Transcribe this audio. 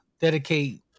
dedicate